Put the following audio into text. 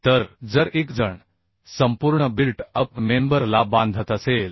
तर जर एकजण संपूर्ण बिल्ट अप मेंबर ला बांधत असेल